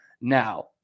Now